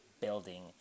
building